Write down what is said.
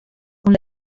con